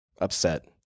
upset